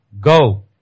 Go